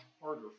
harder